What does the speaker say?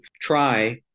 try